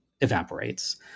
evaporates